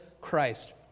Christ